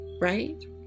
right